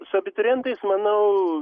su abiturientais manau